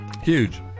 Huge